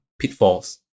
pitfalls